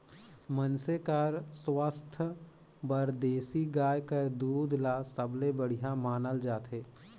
मइनसे कर सुवास्थ बर देसी गाय कर दूद ल सबले बड़िहा मानल जाथे